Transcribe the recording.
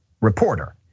reporter